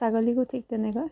ছাগলীকো ঠিক তেনেকৈ